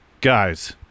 Guys